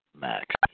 Max